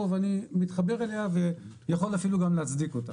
ואני מתחבר אליה ויכול אפילו גם להצדיק אותה.